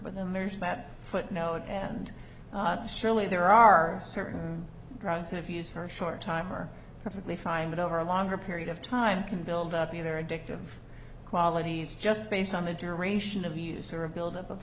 but then there's that footnote and surely there are certain drugs if used for a short time are perfectly fine but over a longer period of time can build up either addictive qualities just based on the duration of use or a buildup of